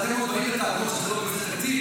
אז אתם עוד באים בטענות שזה לא בבסיס התקציב?